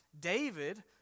David